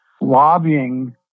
lobbying